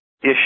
issue